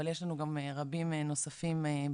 אבל יש לנו גם רבים נוספים בזום,